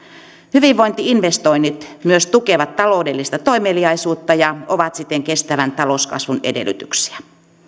hyvinvointi investoinnit myös tukevat taloudellista toimeliaisuutta ja ovat siten kestävän talouskasvun edellytyksiä